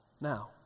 now